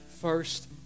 first